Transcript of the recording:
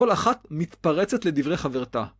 כל אחת מתפרצת לדברי חברתה.